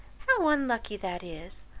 how unlucky that is!